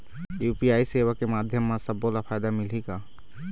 UPI सेवा के माध्यम म सब्बो ला फायदा मिलही का?